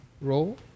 roll